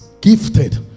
gifted